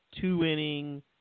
two-inning